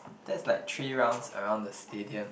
that's like three rounds around the stadium